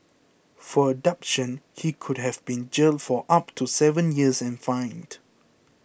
for abduction he could have been jailed for up to seven years and fined